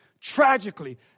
tragically